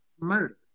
murder